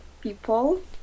people